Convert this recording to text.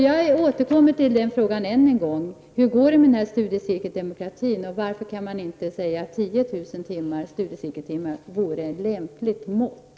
Jag återkommer därför än en gång till frågan: Hur går det med studiecirkeldemokratin, och varför kan man inte säga att 10 000 studiecirkeltimmar vore ett lämpligt mått?